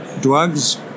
drugs